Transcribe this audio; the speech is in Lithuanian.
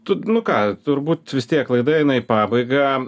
tu nu ką turbūt vis tiek laida eina į pabaigą